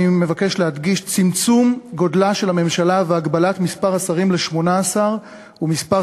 ואני מבקש להדגיש: צמצום גודלה של הממשלה והגבלת מספר השרים ל-18 ומספר